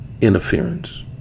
interference